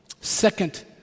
Second